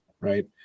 right